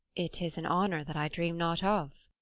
it is an honour that i dream not of.